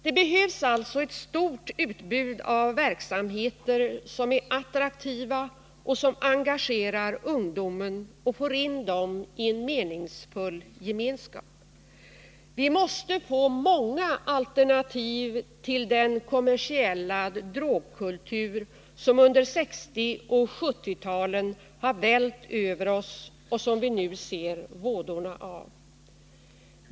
Det behövs alltså ett stort utbud av verksamheter som är attraktiva och som engagerar ungdomarna och som får med dem i en meningsfull gemenskap. Vi måste få många alternativ till den kommersiella drogkultur som under 1960 och 1970-talen har vällt över oss och som vi nu ser vådorna av.